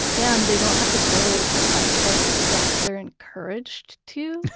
and they don't have to build by code. like they're encouraged to,